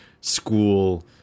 school